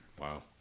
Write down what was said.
Wow